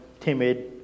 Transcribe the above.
timid